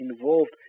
involved